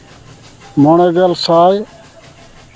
ᱢᱚᱬᱮ ᱜᱮᱞ ᱥᱟᱭ